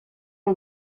que